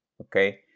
Okay